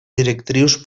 directrius